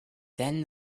then